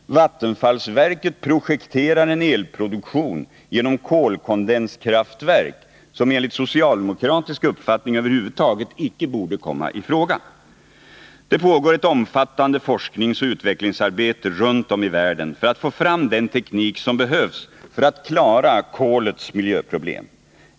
Vattenfallsverket projekterar en elproduktion genom kolkondenskraftverk, som enligt socialdemokratisk uppfattning över huvud taget icke borde komma i fråga. Det pågår ett omfattande forskningsoch utvecklingsarbete runt om i världen för att få fram den teknik som behövs för att klara kolets miljöproblem.